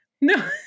No